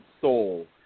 soul